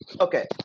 okay